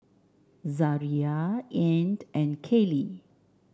Zariah Ean and Kaylie